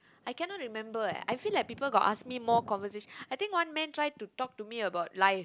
I cannot remember eh I feel like people got ask me more conversation~ I think one man try to talk to me about life